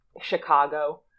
chicago